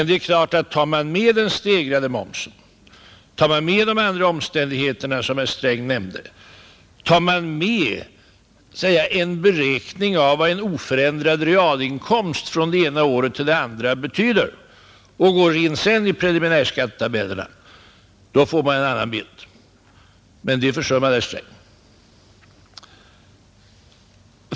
Det är klart att tar man med den stegrade momsen, tar man med de andra omständigheter som herr Sträng nämnde och tar man med, låt oss säga en beräkning av vad en oförändrad realinkomst från det ena året till det andra betyder och sedan går in i preliminärskattetabellerna, då får man en annan bild — men den försummade herr Sträng.